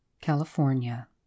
California